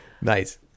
Nice